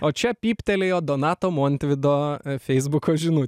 o čia pyptelėjo donato montvydo feisbuko žinu